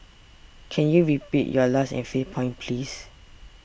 can you repeat your last and fifth point please